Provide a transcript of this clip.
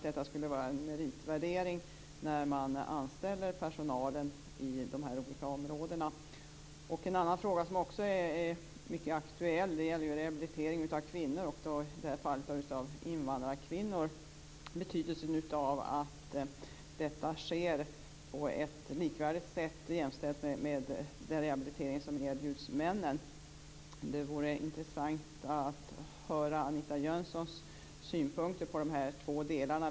Det skall utgöra en merit när man anställer personal inom dessa olika områden. En annan fråga som är aktuell gäller rehabilitering av invandrarkvinnor, i betydelsen att det sker på ett likvärdigt sätt jämställt med den rehabilitering som erbjuds männen. Det vore intressant att höra Anita Jönssons synpunkter på de två delarna.